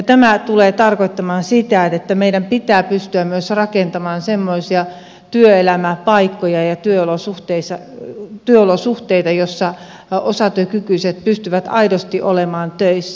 tämä tulee tarkoittamaan sitä että meidän pitää pystyä myös rakentamaan semmoisia työelämäpaikkoja ja työolosuhteita joissa osatyökykyiset pystyvät aidosti olemaan töissä